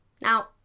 Now